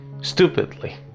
stupidly